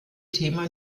thema